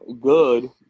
good –